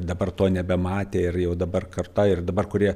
dabar to nebematė ir jau dabar karta ir dabar kurie